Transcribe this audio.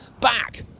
back